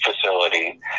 facility